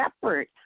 separate